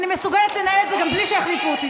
אני מסוגלת לנהל את זה גם בלי שיחליפו אותי.